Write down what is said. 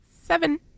seven